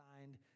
signed